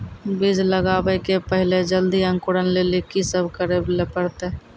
बीज लगावे के पहिले जल्दी अंकुरण लेली की सब करे ले परतै?